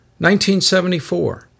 1974